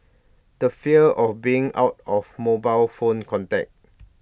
the fear of being out of mobile phone contact